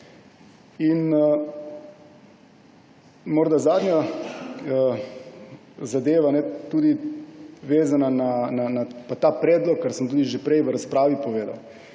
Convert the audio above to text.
In morda zadnja zadeva, tudi vezana na ta predlog, kar sem tudi že prej v razpravi povedal.